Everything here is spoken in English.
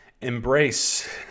embrace